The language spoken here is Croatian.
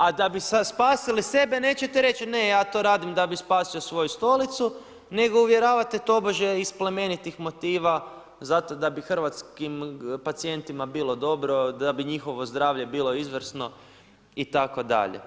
A da bi spasili sebe, nećete reći ne ja to radim da bih spasio svoju stolicu nego uvjeravate tobože iz plemenitih motiva zato da bi hrvatskim pacijentima bilo dobro, da bi njihove zdravlje bilo izvrsno itd.